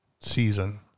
season